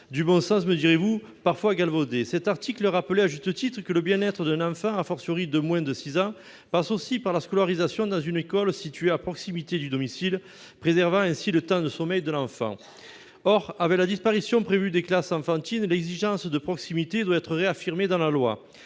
le bon sens est parfois galvaudé ... Cet article rappelait à juste titre que le bien-être d'un enfant, quand il a moins de 6 ans, passe aussi par sa scolarisation dans une école située à proximité du domicile, permettant de préserver son temps de sommeil. Or, avec la disparition prévue des classes enfantines, l'exigence de proximité doit être réaffirmée dans la loi.